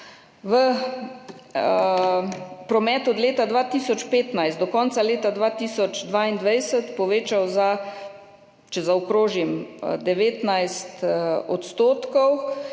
je promet od leta 2015 do konca leta 2022 povečal za, če zaokrožim, 19 % in v